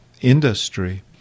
industry